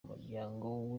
umuryango